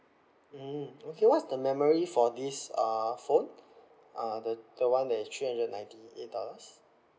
mm okay what's the memory for this uh phone uh the the [one] that is three hundred ninety eight dollars